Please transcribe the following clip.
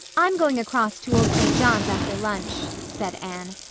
i'm going across to old st. john's after lunch, said anne.